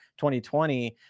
2020